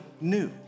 new